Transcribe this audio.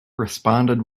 responded